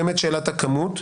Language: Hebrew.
שאלת הכמות,